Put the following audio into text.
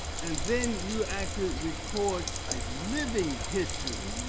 and then you actually record a living history.